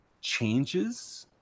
changes